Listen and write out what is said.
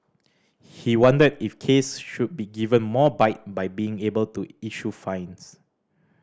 he wondered if Case should be given more bite by being able to issue fines